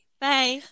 Bye